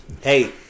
Hey